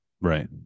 Right